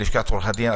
כלשכת עורכי הדין,